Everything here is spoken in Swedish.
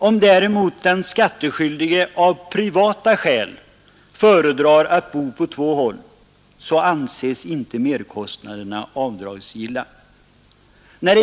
Om däremot den skattskyldige av privata skäl föredrar att bo på två håll så anses inte merkostnaderna avdragsgilla.